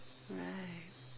right